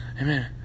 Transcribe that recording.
Amen